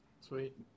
Sweet